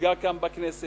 שהוצגה כאן בכנסת,